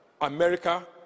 america